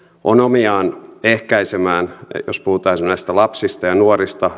on omiaan ehkäisemään syrjäytymistä jos puhutaan esimerkiksi näistä lapsista ja nuorista